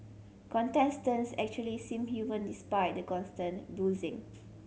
contestants actually seem human despite the constant boozing